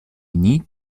need